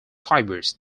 fibers